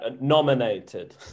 Nominated